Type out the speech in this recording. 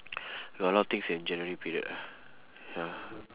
got a lot of things in january period ah ya